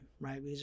right